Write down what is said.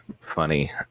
funny